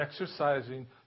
exercising